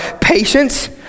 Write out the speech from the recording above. patience